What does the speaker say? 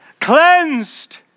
Cleansed